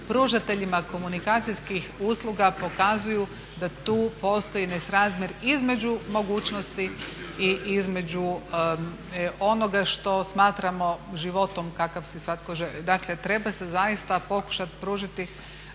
pružateljima komunikacijskih usluga pokazuju da tu postoji nesrazmjer između mogućnosti i između onoga što smatramo životom kakav si svatko želi. Dakle treba se zaista pokušati pružiti